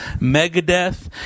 Megadeth